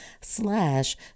slash